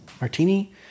Martini